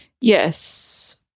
Yes